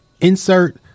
insert